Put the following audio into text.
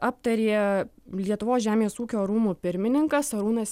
aptarė lietuvos žemės ūkio rūmų pirmininkas arūnas